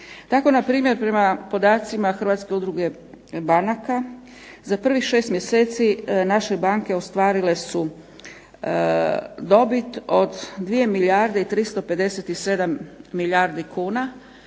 Tako npr. prema podacima Hrvatske udruge banaka za prvih šest mjeseci naše banke ostvarile su dobit od 2 milijarde i 357 milijuna kuna.